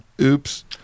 Oops